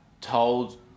told